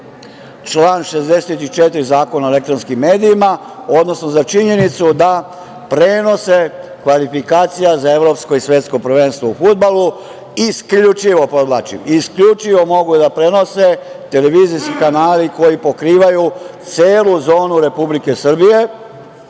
član 64. Zakona o elektronskim medijima, odnosno za činjenicu da prenose kvalifikacija za evropski i svetsko prvenstvo u fudbalu isključivo, podvlačim, isključivo mogu da prenose televizijski kanali koji pokrivaju celu zonu Republike Srbije?